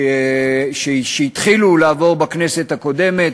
שהתחילו לעבור בכנסת הקודמת,